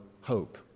hope